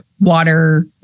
water